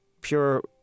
pure